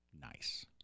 nice